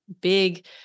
big